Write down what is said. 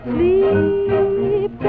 Sleep